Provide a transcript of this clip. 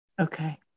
Okay